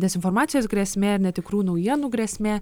dezinformacijos grėsmė netikrų naujienų grėsmė